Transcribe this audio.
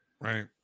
Right